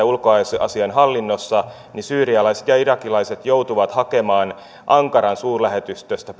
ulkoasiainhallinnossa syyrialaiset ja irakilaiset joutuvat hakemaan perheenyhdistämislupia ankaran suurlähetystöstä